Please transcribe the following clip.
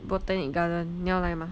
botanic garden 你要来吗